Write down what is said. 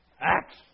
Acts